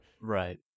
right